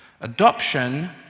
Adoption